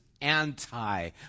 anti